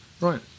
Right